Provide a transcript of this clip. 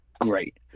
great